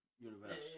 universe